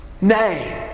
name